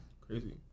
crazy